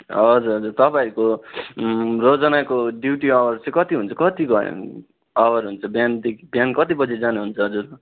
हजुर हजुर तपाईँहरूको रोजानाको ड्युटी आवर चाहिँ कति हुन्छ कति घन् आवर हुन्छ बिहानदेखि बिहान कति बजे जानुहुन्छ हजुर